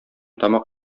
тамак